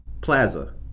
Plaza